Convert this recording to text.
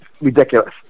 ridiculous